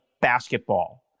Basketball